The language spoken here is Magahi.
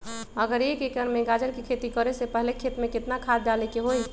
अगर एक एकर में गाजर के खेती करे से पहले खेत में केतना खाद्य डाले के होई?